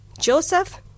Joseph